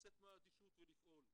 לצאת מהאדישות ולפעול,